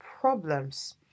problems